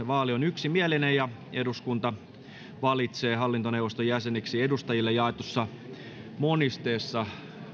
vaali on yksimielinen ja että eduskunta valitsee hallintoneuvoston jäseniksi edustajille jaetussa monisteessa